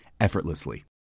effortlessly